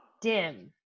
dim